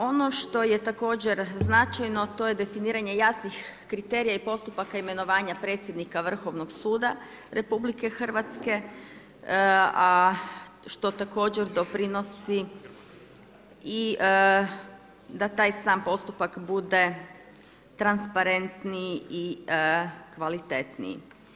Ono što je također značajno, to je definiranje jasnih kriterija i postupaka imenovanja predsjednika Vrhovnog suda RH, a što također doprinosi i da taj sam postupak bude transparentniji i kvalitetniji.